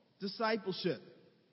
discipleship